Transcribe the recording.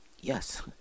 yes